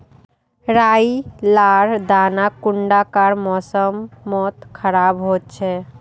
राई लार दाना कुंडा कार मौसम मोत खराब होचए?